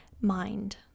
mind